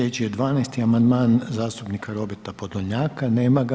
Sljedeći je 12. amandman zastupnika Roberta Podolnjaka, nema ga.